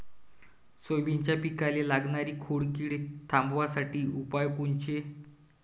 सोयाबीनच्या पिकाले लागनारी खोड किड थांबवासाठी उपाय कोनचे?